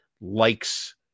likes